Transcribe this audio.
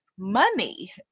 Money